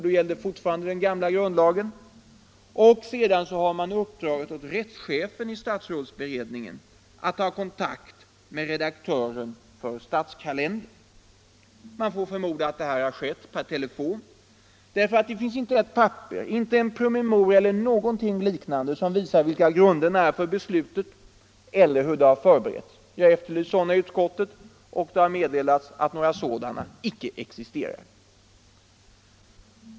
Då gällde fortfarande den gamla grundlagen. Sedan har man uppdragit åt rättschefen i statsrådsberedningen att ta kontakt med redaktören för statskalendern. Man får förmoda att det skett per telefon, eftersom det inte finns ett papper, inte en PM eller någonting liknande som visar vilka grunderna är för beslutet eller hur det förberetts. Jag efterlyste sådana i utskottet, och det har meddelats att några sådana icke existerar.